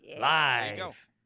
live